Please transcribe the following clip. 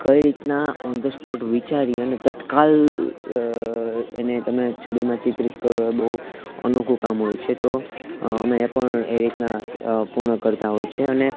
કઈ રીતના on the spot વિચારી અને તત્કાલ એને તમે છબીમાં ચિત્રિત કરો એ બહુ અનોખું કામ હોય છે તો અમે એ પણ એ રીતના પૂર્ણ કરતા હોય છે અને